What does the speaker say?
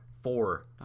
Four